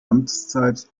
amtszeit